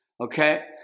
okay